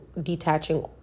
detaching